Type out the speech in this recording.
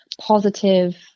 positive